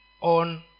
on